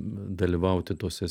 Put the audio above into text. dalyvauti tose